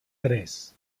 tres